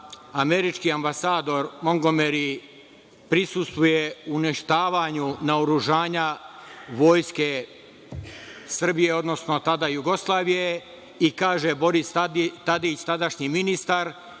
američki ambasador Mongomeri prisustvuje uništavanju naoružanja Vojske Srbije, odnosno tada Jugoslavije, i kaže Boris Tadić, tadašnji ministar,